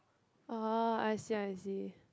oh I see I see